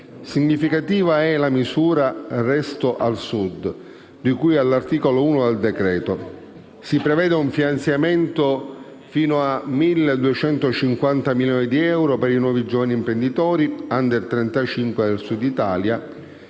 significativa è la misura «Resto al Sud», di cui all'articolo 1 del decreto-legge. Si prevede un finanziamento fino a 1.250 milioni di euro per i nuovi giovani imprenditori *under* 35 del Sud Italia